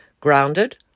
grounded